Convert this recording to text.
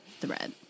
thread